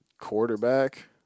quarterback –